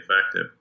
effective